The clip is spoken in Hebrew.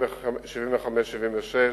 75 76,